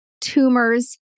tumors